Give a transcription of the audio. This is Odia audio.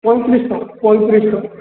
ପଇଁତିରିଶ ପଇଁତିରିଶ